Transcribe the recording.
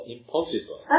Impossible